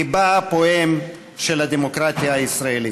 ליבה הפועם של הדמוקרטיה הישראלית.